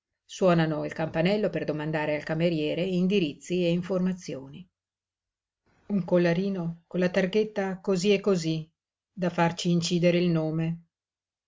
suonano il campanello per domandare al cameriere indirizzi e informazioni un collarino con la targhetta cosí e cosí da farci incidere il nome